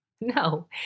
No